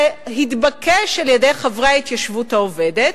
שהתבקש על-ידי חברי ההתיישבות העובדת,